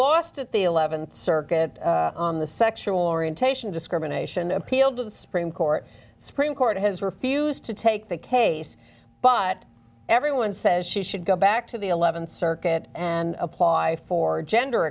lost at the th circuit on the sexual orientation discrimination appealed to the supreme court supreme court has refused to take the case but everyone says she should go back to the th circuit and apply for gender